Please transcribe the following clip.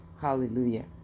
Hallelujah